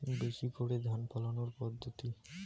বেশি করে ধান ফলানোর পদ্ধতি?